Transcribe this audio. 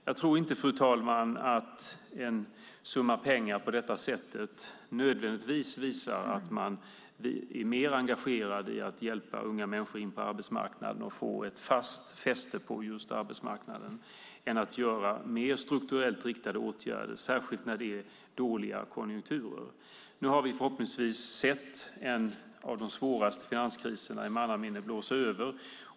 Jag tror inte, fru talman, att en summa pengar på det sättet nödvändigtvis visar att man är mer engagerad i att hjälpa unga människor att komma in på arbetsmarknaden och att få fäste där än om man har mer strukturellt riktade åtgärder, särskilt i dåliga konjunkturer. Förhoppningsvis har vi nu sett en av de svåraste finanskriserna i mannaminne blåsa över.